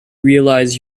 realize